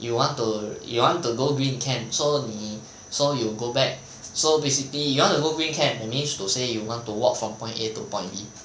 you want to you want to go green can so 你 so you go back so basically you want to go green can that means to say you want to walk from point A to point B